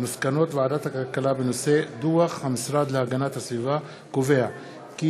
מסקנות ועדת הכלכלה בעקבות דיון בהצעתם של